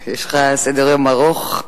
יש לך סדר-יום ארוך?